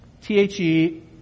T-H-E